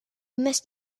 must